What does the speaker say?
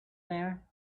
there